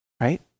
Right